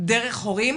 דרך הורים,